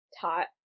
taught